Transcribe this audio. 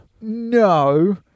No